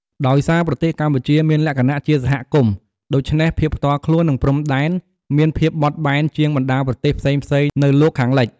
ដោយសារប្រទេសកម្ពុជាមានលក្ខណៈជាសហគមន៍ ដូច្នេះ ភាពផ្ទាល់ខ្លួន និង ព្រំដែន មានភាពបត់បែនជាងបណ្តាប្រទេសផ្សេងៗនៅលោកខាងលិច។